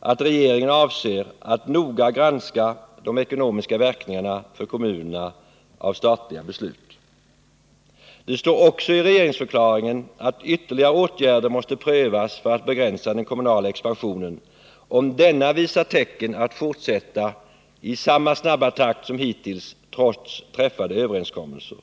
att regeringen avser att noga granska de ekonomiska verkningarna för kommunerna av statliga beslut. Det står också i regeringsförklaringen att ytterligare åtgärder måste prövas för att begränsa den kommunala expansionen, om denna visar tecken att fortsätta i samma snabba takt som hittills trots träffade överenskommelser.